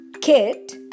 Kit